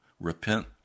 repent